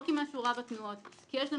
לא כי משהו רע בתנועות אלא מכיוון שיש לנו